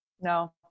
No